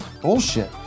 bullshit